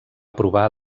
provar